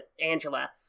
Angela